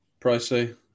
Pricey